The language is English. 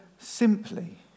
simply